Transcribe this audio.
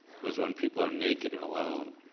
because when people are naked and alone,